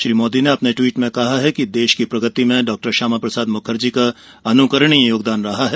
श्री मोदी ने ट्वीट में कहा कि देश की प्रगति में डॉक्टर श्यामा प्रसाद मुखर्जी का अनुकरणीय योगदान रहा है